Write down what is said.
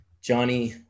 Johnny